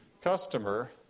customer